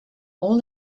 all